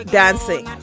dancing